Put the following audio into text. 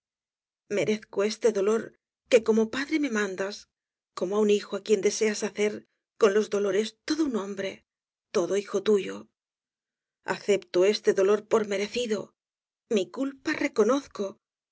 merezco este dolor que como padre me mandas como á un hijo á quien deseas hacer con los dolores todo un hombre todo hijo tuyo acepto este dolor por merecido mi culpa reconozco